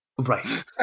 right